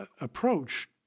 approach